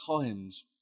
times